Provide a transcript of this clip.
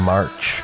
March